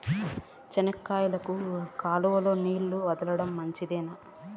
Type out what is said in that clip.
చెనక్కాయకు కాలువలో నీళ్లు వదలడం మంచిదేనా?